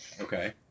Okay